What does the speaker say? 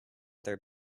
their